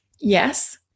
Yes